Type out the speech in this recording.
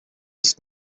ist